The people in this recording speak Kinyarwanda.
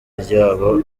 ryabo